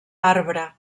arbre